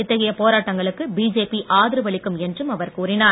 இத்தகைய போரட்டங்களுக்கு பஜேபி ஆதரவு அளிக்கும் என்றும் அவர் கூறினார்